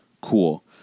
Cool